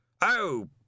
Oh